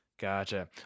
Gotcha